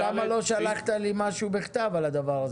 למה לא שלחת לי משהו בכתב על הדבר הזה?